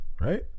right